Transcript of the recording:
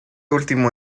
último